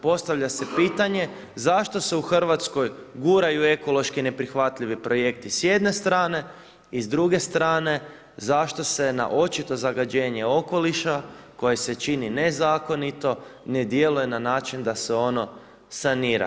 Postavlja se pitanje zašto se u Hrvatskoj guraju ekološki neprihvatljivi projekti s jedne strane i s druge strane zašto se na očito zagađenje okoliša koje se čini nezakonito ne djeluje na način da se ono sanira?